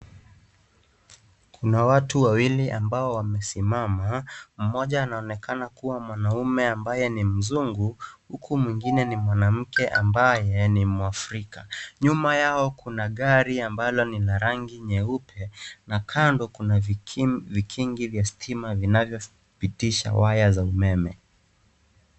Kuna watu wawili ambao wamesimama, mmoja anaonekana kuwa mwanaume ambaye ni mzungu huku mwingine ni mwanamke ambayo ni mwafrika. Nyuma yao kuna gari ambalo ni la rangi nyeupe na kando kuna vikingi vya stima vinavyopitisha nyaya za umeme.